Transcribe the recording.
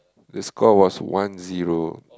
the score was one zero